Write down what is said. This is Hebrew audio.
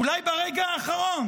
אולי ברגע האחרון